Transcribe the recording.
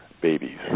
babies